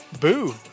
Boo